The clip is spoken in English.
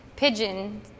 pigeon